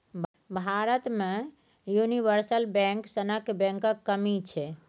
भारत मे universal bank सनक बैंकक कमी छै